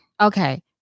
Okay